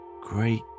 great